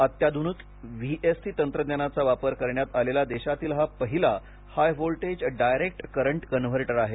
अत्याध्निक व्हीएससी तंत्रज्ञानाचा वापर करण्यात आलेला देशातील हा पहिला high voltage direct current converter आहे